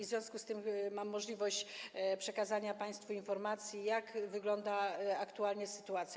W związku z tym mam możliwość przekazania państwu informacji, jak wygląda aktualnie sytuacja.